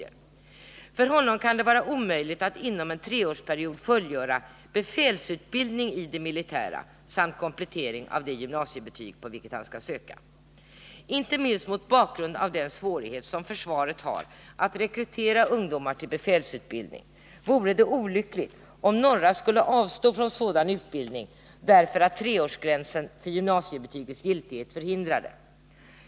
För honom kan det vara omöjligt att inom en treårsperiod fullgöra befälsutbildning i det militära samt komplettering av det gymnasiebetyg på vilket han skall söka. Inte minst mot bakgrund av den svårighet som försvaret har att rekrytera ungdomar till befälsutbildning vore det olyckligt om några skulle avstå från sådan utbildning därför att treårsgränsen för gymnasiebetygets giltighet förhindrar det.